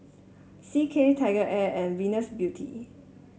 C K TigerAir and Venus Beauty